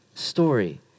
story